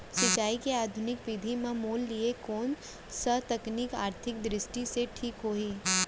सिंचाई के आधुनिक विधि म मोर लिए कोन स तकनीक आर्थिक दृष्टि से ठीक होही?